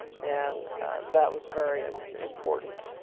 and that was very important.